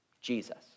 Jesus